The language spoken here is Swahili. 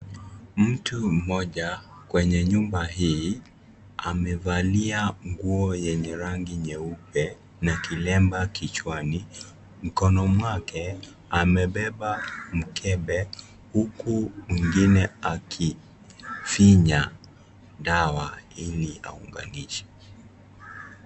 Mtu mmoja kwenye nyumba hii, amevalia nguo yenye rangi nyeupe na kilemba kichwani. Mkono mwake, amebeba mkebe, huku mwingine akifinya dawa ili aunganishe.